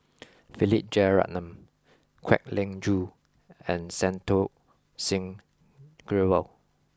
Philip Jeyaretnam Kwek Leng Joo and Santokh Singh Grewal